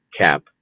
cap